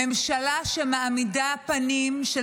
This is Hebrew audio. הממשלה, שמעמידה פנים של